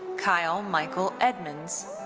kyle michael edmunds.